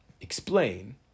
explain